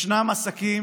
ישנם עסקים